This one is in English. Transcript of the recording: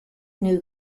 new